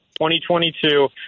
2022